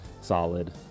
solid